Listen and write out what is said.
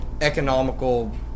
economical